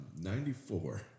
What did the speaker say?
94